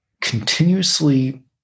continuously